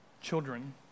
children